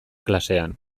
klasean